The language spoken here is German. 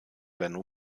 benno